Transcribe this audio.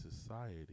society